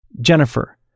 Jennifer